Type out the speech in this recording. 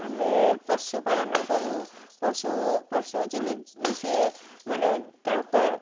ଆମେ ପଶୁପାଳନ କରୁ ପଶୁ ପଶୁ ହେଉଛି ସିଏ ମାନେ ତାଙ୍କ